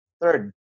Third